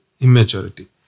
immaturity